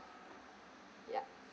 ya